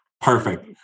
Perfect